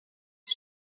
die